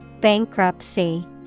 Bankruptcy